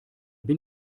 bin